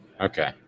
Okay